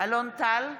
אלון טל,